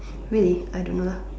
really I don't know